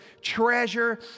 treasure